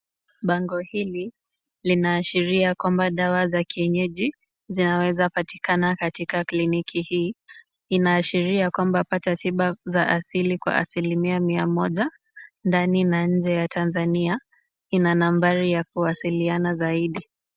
Bango hili linaashiria kuwa dawa za kienyeji, zinaweza patikana katika kliniki hii. Inaashiria kwamba pata tiba asili kwa asilimia mia moja, ndani na nje ya Tanzania. Ina nambari ya kuwasiliano zaidi.